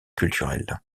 culturel